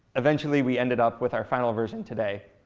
eventually, we ended up with our final version today.